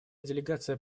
делегация